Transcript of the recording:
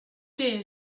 qué